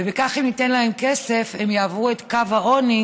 אם ניתן להם כסף הם יעברו את קו העוני,